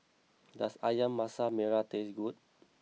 does Ayam Masak Merah taste good